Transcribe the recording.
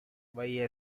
via